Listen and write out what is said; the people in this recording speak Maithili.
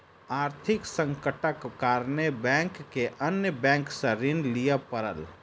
आर्थिक संकटक कारणेँ बैंक के अन्य बैंक सॅ ऋण लिअ पड़ल